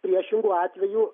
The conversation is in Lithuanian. priešingu atveju